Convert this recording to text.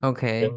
Okay